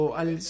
al